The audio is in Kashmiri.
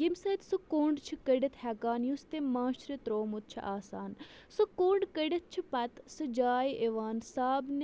ییٚمہِ سۭتۍ سُہ کوٚنٛڈ چھِ کٔڑِتھ ہٮ۪کان یُس تٔمۍ ماچھرِ ترٛومُت چھُ آسان سُہ کوٚنٛڈ کٔڑِتھ چھِ پَتہٕ سۄ جاے یِوان صابنہِ